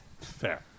Fair